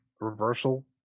reversal